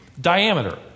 diameter